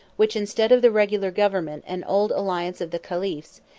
which, instead of the regular government and old alliance of the caliphs,